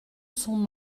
son